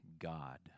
God